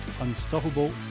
unstoppable